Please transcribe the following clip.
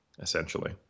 essentially